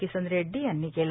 किसन रेड्डी यांनी केलं